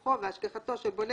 פיקוחו והשגחתו של בונה